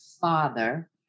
father